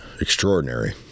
extraordinary